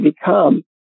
become